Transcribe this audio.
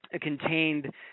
contained